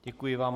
Děkuji vám.